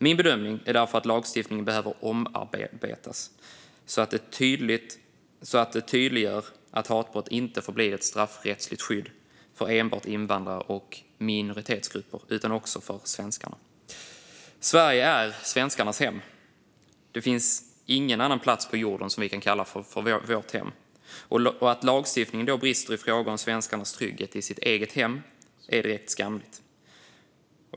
Min bedömning är därför att lagstiftningen behöver omarbetas så att det tydliggörs att hatbrott inte förblir ett straffrättsligt skydd enbart för invandrare och minoritetsgrupper utan också för svenskarna. Sverige är svenskarnas hem. Det finns ingen annan plats på jorden som vi kan kalla vårt hem. Att lagstiftningen då brister i fråga om svenskarnas trygghet i sitt eget hem är direkt skamligt.